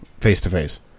face-to-face